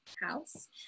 house